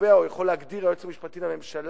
שקובע או יכול להגדיר היועץ המשפטי לממשלה,